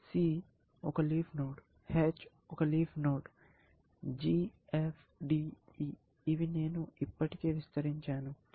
C ఒక leaf node H ఒక leaf node G F D E ఇవి నేను ఇప్పటికే విస్తరించాను